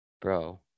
Bro